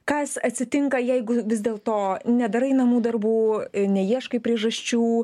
kas atsitinka jeigu vis dėl to nedarai namų darbų neieškai priežasčių